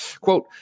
Quote